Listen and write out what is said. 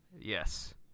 Yes